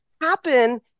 happen